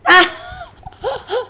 ah